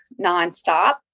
nonstop